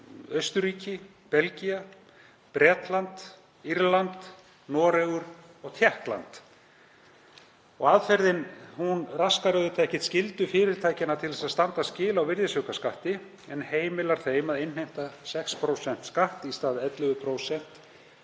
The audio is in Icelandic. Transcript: Austurríki, Belgía, Bretland, Írland, Noregur og Tékkland. Aðferðin raskar auðvitað ekkert skyldu fyrirtækjanna til að standa skil á virðisaukaskatti en heimilar þeim að innheimta 6% skatt í stað 11%